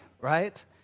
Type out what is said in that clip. right